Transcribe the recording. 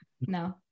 No